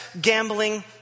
gambling